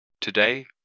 Today